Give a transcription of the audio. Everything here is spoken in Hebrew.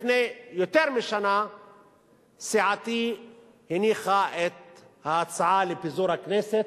לפני יותר משנה סיעתי הניחה את ההצעה לפיזור הכנסת,